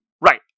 Right